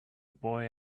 boy